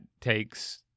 takes